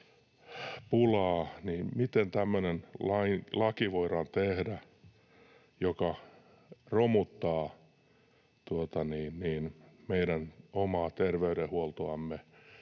tehdä tämmöinen laki, joka romuttaa meidän omaa terveydenhuoltoamme.